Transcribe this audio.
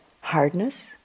hardness